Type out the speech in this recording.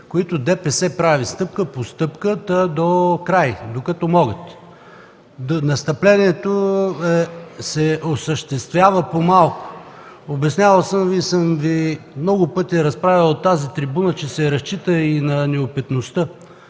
които ДПС прави – стъпка по стъпка, та до край, докато могат. Настъплението се осъществява по малко. Обяснявал съм Ви, много пъти съм разправял от тази трибуна, че се разчита на неопитността.